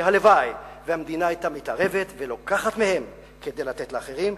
שהלוואי והמדינה היתה מתערבת ולוקחת מהם כדי לתת לאחרים.